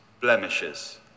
blemishes